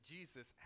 Jesus